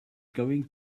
going